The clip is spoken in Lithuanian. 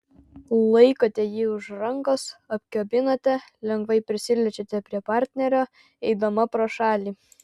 laikote jį už rankos apkabinate lengvai prisiliečiate prie partnerio eidama pro šalį